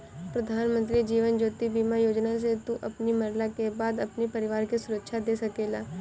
प्रधानमंत्री जीवन ज्योति बीमा योजना से तू अपनी मरला के बाद अपनी परिवार के सुरक्षा दे सकेला